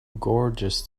gorgeous